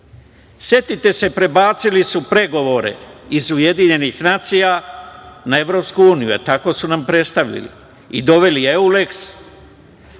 Setite se, prebacili su pregovore iz Ujedinjenih nacija na Evropsku uniju. Jel tako su nam predstavili i doveli Euleks,